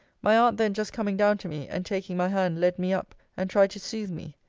my aunt then just coming down to me, and taking my hand led me up and tried to sooth me.